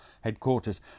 Headquarters